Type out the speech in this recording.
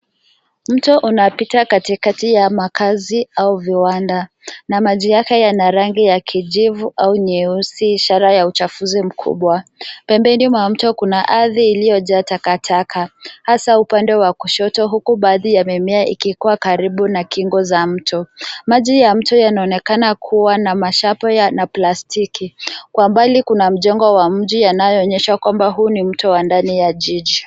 Mto unapita katikati ya makazi au viwanda na maji yake yana rangi ya kijivu au nyeusi ishara ya uchafuzi mkubwa. Pembeni mwa mto kuna ardhi iliyojaa takataka hasa upande wa kushoto huku baadhi ya mimea ikikua karibu na kingo za mto. Maji ya mto yanaonekana kuwa na mabaki ya maplastiki. Kwa mbali kuna mjengo wa mji yanayoonyesha kwamba huu ni mto ndani ya jiji.